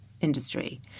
industry